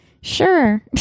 Sure